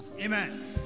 Amen